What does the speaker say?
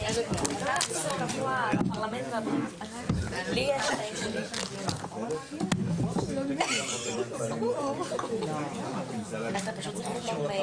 20:29.